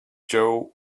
joe